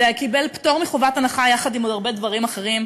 זה קיבל פטור מחובת הנחה יחד עם עוד הרבה דברים אחרים,